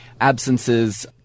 absences